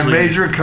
major